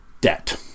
debt